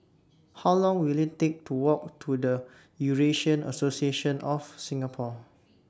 How Long Will IT Take to Walk to The Eurasian Association of Singapore